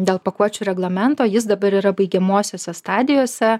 dėl pakuočių reglamento jis dabar yra baigiamosiose stadijose